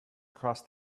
across